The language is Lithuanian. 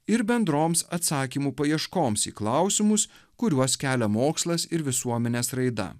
ir bendroms atsakymų paieškoms į klausimus kuriuos kelia mokslas ir visuomenės raida